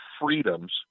freedoms